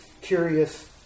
curious